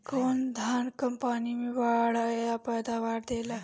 कौन धान कम पानी में बढ़या पैदावार देला?